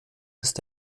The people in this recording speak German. ist